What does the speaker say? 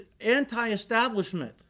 anti-establishment